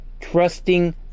trusting